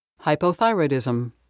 Hypothyroidism